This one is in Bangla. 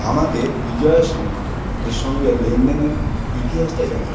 আমাকে বিজয়া সামন্ত এর সঙ্গে লেনদেনের ইতিহাসটা জানান